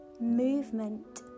movement